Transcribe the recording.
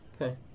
Okay